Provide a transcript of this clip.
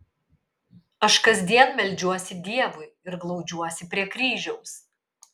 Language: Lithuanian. aš kasdien meldžiuosi dievui ir glaudžiuosi prie kryžiaus